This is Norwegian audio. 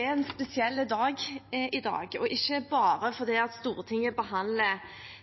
en spesiell dag i dag – ikke bare fordi Stortinget behandler